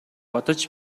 бодож